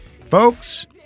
Folks